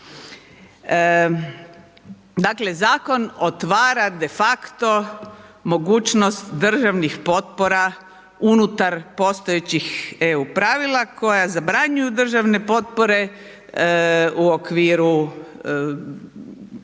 Dakle zakon otvara de facto mogućnost državnih potpora unutar postojećih EU pravila koja zabranjuju državne potpore u okviru